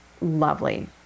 lovely